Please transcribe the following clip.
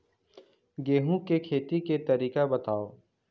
गेहूं के खेती के तरीका बताव?